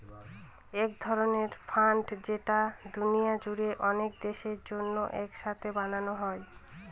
এক ধরনের ফান্ড যেটা দুনিয়া জুড়ে অনেক দেশের জন্য এক সাথে বানানো হয়